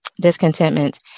Discontentment